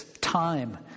time